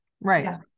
Right